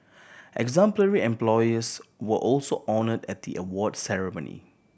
exemplary employers were also honoured at the award ceremony